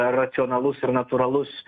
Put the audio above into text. racionalus ir natūralus